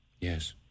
Yes